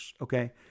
okay